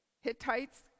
Hittites